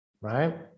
right